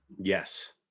Yes